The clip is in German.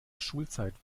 schulzeit